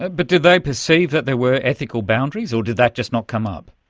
but did they perceive that there were ethical boundaries, or did that just not come up?